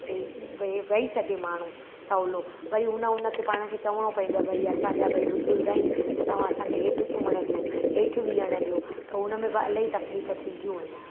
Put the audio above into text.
भई भई वेई सघे माण्हू सवलो वरी हुन हुन खे पाण खे चवणो पईंदो आहे भई असांजा भई बुजुर्ग आहिनि त तव्हां असांखे हेठि सुम्हणु ॾियो हेठि वेहणु ॾियो त हुन में बि अलाई तकलीफ़ थींदियूं आहिनि